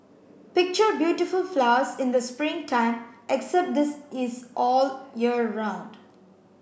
picture beautiful flowers in the spring time except this is all year round